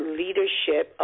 leadership